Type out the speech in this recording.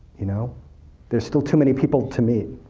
you know there's still too many people to me.